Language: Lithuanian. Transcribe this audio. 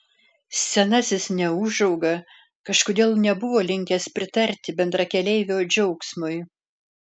senasis neūžauga kažkodėl nebuvo linkęs pritarti bendrakeleivio džiaugsmui